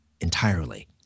entirely